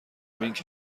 بینگ